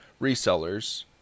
resellers